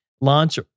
launch